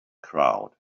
crowd